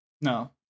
No